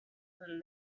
than